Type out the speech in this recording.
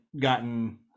gotten